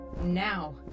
now